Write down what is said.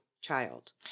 child